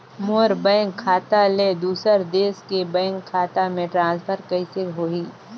मोर bank खाता ले दुसर देश के बैंक खाता मे ट्रांसफर कइसे होही?